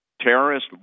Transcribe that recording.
terrorist